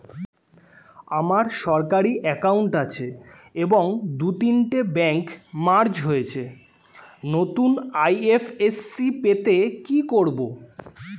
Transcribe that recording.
আমার সরকারি একাউন্ট আছে এবং দু তিনটে ব্যাংক মার্জ হয়েছে, নতুন আই.এফ.এস.সি পেতে কি করব?